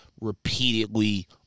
Repeatedly